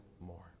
more